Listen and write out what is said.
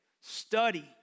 study